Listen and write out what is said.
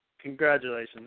Congratulations